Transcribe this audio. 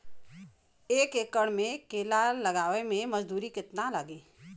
एक एकड़ में केला लगावे में मजदूरी कितना लागी?